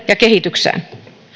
ja kehitykseen